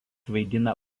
vaidina